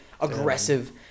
aggressive